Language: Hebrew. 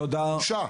בושה.